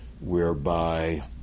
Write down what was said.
whereby